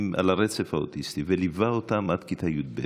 על הרצף האוטיסטי, וליווה אותם עד כיתה י"ב,